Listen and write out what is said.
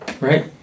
Right